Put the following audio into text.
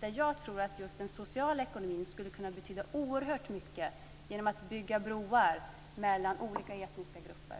Där tror jag att just den sociala ekonomin skulle kunna betyda oerhört mycket genom att bygga broar mellan olika etniska grupper.